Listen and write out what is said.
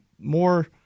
more